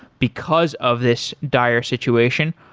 because of this dire situation.